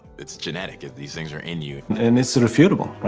it's genetic, if these things are in you. and it's irrefutable,